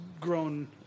grown